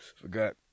forgot